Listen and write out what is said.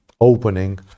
opening